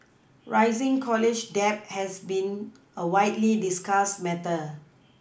rising college debt has been a widely discussed matter